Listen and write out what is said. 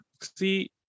see